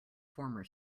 former